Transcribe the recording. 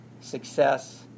success